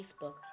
Facebook